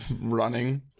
Running